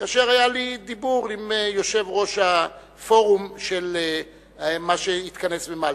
כאשר היה לי דיבור עם יושב-ראש הפורום של מה שהתכנס במלטה,